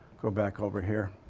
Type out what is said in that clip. go back over here.